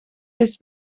ist